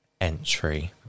entry